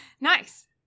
Nice